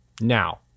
Now